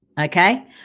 okay